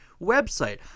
website